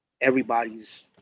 everybody's